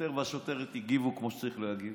השוטר והשוטרת, הגיבו כמו שצריך להגיב.